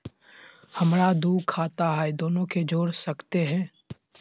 हमरा दू खाता हय, दोनो के जोड़ सकते है?